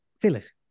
Phyllis